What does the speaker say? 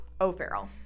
O'Farrell